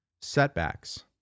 setbacks